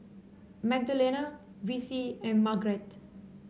Magdalena Vicie and Margret